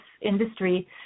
industry